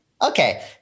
Okay